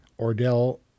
Ordell